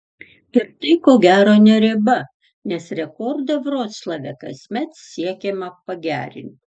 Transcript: ir tai ko gero ne riba nes rekordą vroclave kasmet siekiama pagerinti